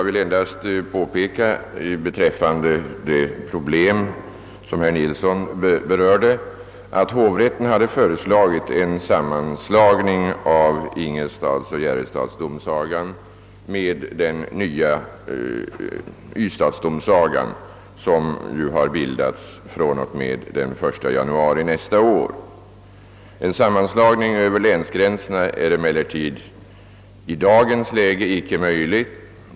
Herr talman! Beträffande de problem som herr Nilsson i Bästekille berörde vill jag endast påpeka att hovrätten hade föreslagit en sammanslagning av Ingelstads och Järrestads domsaga med den nya Ystadsdomsagan som bildas från och med den 1 januari nästa år. En sammanslagning över länsgränserna är emellertid i dagens läge icke möjlig.